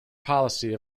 policy